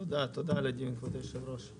תודה רבה על הדיון, כבוד היושב-ראש.